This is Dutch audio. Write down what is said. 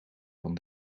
van